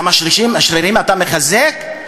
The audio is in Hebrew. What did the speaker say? כמה שרירים אתה מחזק?